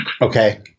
Okay